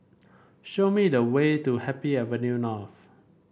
show me the way to Happy Avenue North